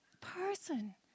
person